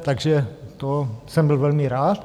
Takže jsem byl velmi rád.